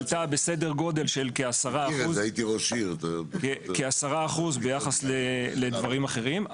עלתה בסדר גודל של כעשרה אחוז ביחס לדברים אחרים.